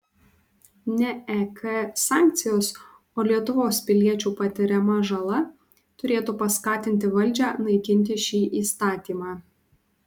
ne ek sankcijos o lietuvos piliečių patiriama žala turėtų paskatinti valdžią naikinti šį įstatymą